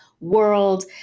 world